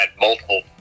multiple